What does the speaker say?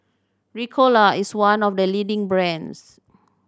Ricola is one of the leading brands